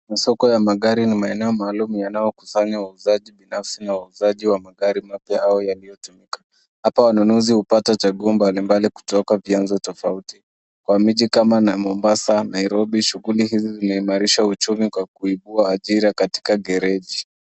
Masoko ya magari ni maeneo maalum yanayokusaymnya watu binafsi na wauzaji wa magari mapya au yaliyotumika. Hapa wanunuzi hupata chaguo mbali mbali kutoka vyanzo tofauti kwa miji tofauti kama Mombasa, Nairobi, Kisumu. Kundi hizi zinaimarisha uchumi kwa kuibua ajira katika gareji.